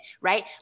right